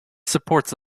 supports